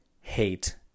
hate